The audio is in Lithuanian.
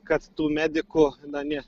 kad tų medikų na ne